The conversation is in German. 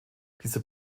dieser